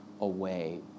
away